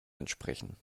entsprechen